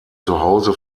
zuhause